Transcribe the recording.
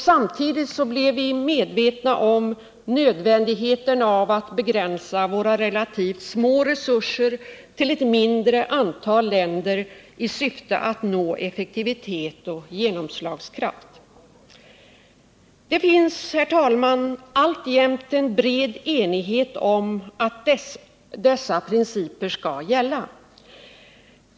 Samtidigt blev vi medvetna om nödvändigheten av att begränsa våra relativt små resurser till ett mindre antal länder i syfte att nå effektivitet och genomslagskraft. Det finns, herr talman alltjämt en bred enighet om att dessa principer skall gälla.